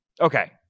Okay